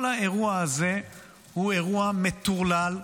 כל האירוע הזה הוא אירוע מטורלל,